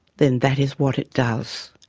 then that is what it does.